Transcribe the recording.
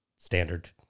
Standard